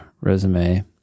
resume